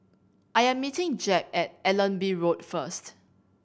I am meeting Jep at Allenby Road first